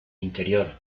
interior